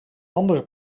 andere